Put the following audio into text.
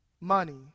money